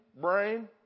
brain